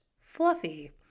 fluffy